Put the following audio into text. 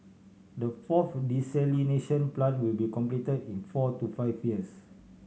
the fourth desalination plant will be complete in four to five years